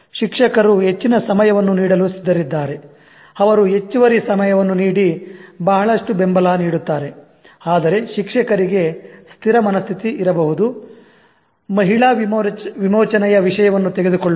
ಶಿಕ್ಷಕರು ಹೆಚ್ಚಿನ ಸಮಯವನ್ನು ನೀಡಲು ಸಿದ್ಧರಿದ್ದಾರೆ ಅವರು ಹೆಚ್ಚುವರಿ ಸಮಯವನ್ನು ನೀಡಿ ಬಹಳಷ್ಟು ಬೆಂಬಲ ನೀಡುತ್ತಾರೆ ಆದರೆ ಶಿಕ್ಷಕರಿಗೆ ಸ್ಥಿರ ಮನಸ್ಥಿತಿ ಇರಬಹುದು ಮಹಿಳಾ ವಿಮೋಚನೆಯ ವಿಷಯವನ್ನು ತೆಗೆದುಕೊಳ್ಳೋಣ